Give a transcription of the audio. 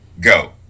Go